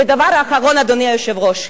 ודבר אחרון, אדוני היושב-ראש,